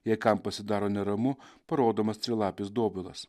jei kam pasidaro neramu parodomas trilapis dobilas